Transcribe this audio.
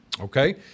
Okay